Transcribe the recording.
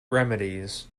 remedies